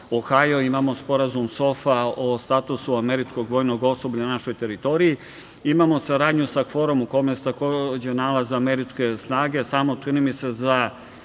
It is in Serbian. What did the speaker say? Ohajo, imamo Sporazum SOFA o statusu američkog vojnog osoblja na našoj teritoriji, imao saradnju sa KFOR-om u kome se takođe nalaze američke snage samo, čini mi se, za